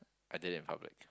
I did in public